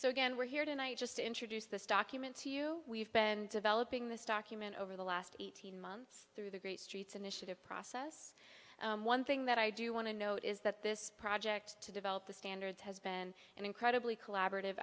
so again we're here tonight just to introduce this document to you we've been developing this document over the last eighteen months through the great streets initiative process one thing that i do want to note is that this project to develop the standards has been an incredibly collaborative